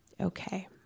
Okay